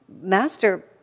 master